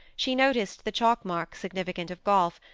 she noticed the chalk marks significant of golf,